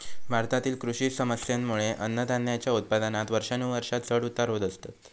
भारतातील कृषी समस्येंमुळे अन्नधान्याच्या उत्पादनात वर्षानुवर्षा चढ उतार होत असतत